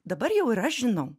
dabar jau ir aš žinau